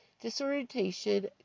disorientation